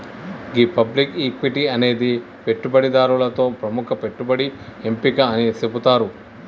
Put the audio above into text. గీ public equity అనేది పెట్టుబడిదారులతో ప్రముఖ పెట్టుబడి ఎంపిక అని సెబుతారు